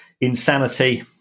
Insanity